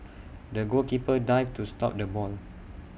the goalkeeper dived to stop the ball